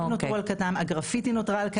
השלטים נותרו על כנם, הגרפיטי נותרה על כנה.